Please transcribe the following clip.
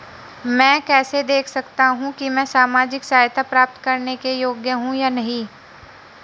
मैं कैसे देख सकता हूं कि मैं सामाजिक सहायता प्राप्त करने योग्य हूं या नहीं?